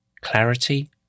Clarity